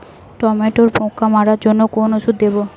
টমেটোর পোকা মারার জন্য কোন ওষুধ দেব?